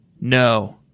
No